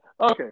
Okay